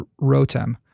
Rotem